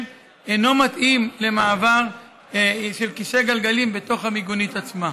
אינו מתאים למעבר של כיסא גלגלים בתוך המיגונית עצמה.